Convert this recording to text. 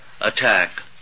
attack